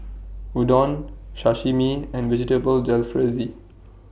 Udon Sashimi and Vegetable Jalfrezi